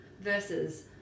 Versus